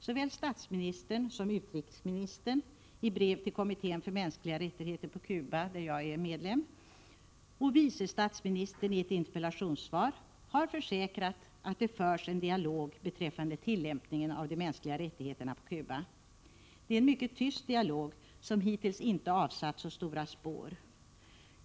Såväl statsministern som utrikesministern — i brev till kommittén för mänskliga rättigheter på Cuba, där jag är medlem — och vice statsministern i ett interpellationssvar har försäkrat att det förs en dialog beträffande tillämpningen av de mänskliga rättigheterna på Cuba. Det är en mycket tyst dialog, som hittills inte avsatt så stora spår.